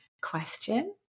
question